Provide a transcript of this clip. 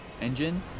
engine